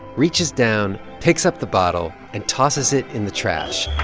reaches down, picks up the bottle and tosses it in the trash